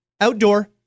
Outdoor